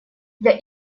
для